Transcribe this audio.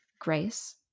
grace